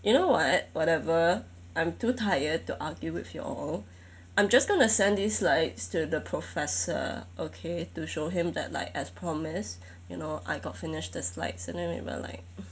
you know what whatever I'm too tired to argue with y'all I'm just gonna send these slides to the professor okay to show him that like as promised you know I got finish the slides and then we were like